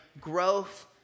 growth